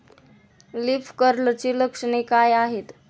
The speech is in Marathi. लीफ कर्लची लक्षणे काय आहेत?